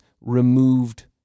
removed